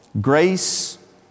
grace